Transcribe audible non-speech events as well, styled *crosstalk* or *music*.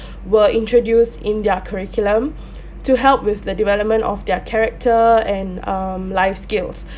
were introduced in their curriculum *breath* to help with the development of their character and um life skills